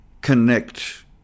Connect